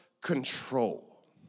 control